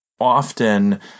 Often